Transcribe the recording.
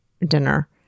dinner